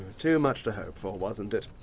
too much to hope for, wasn't it.